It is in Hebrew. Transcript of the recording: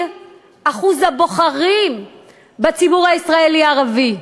אחוז הבוחרים בציבור הישראלי הערבי.